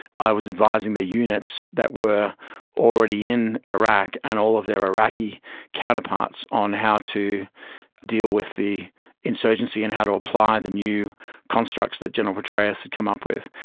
i was advising the units that were already in iraq and all of their iraqi counterparts on how to deal with the insurgency and how to apply the new constructs that general petraeus had come up with.